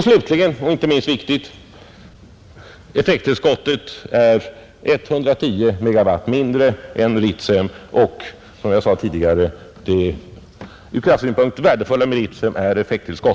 Slutligen och inte minst viktigt: effekttillskottet är 110 MW mindre än i Ritsem, och som jag tidigare sade är effekttillskottet det ur kraftsynpunkt värdefulla med Ritsem.